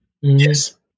Yes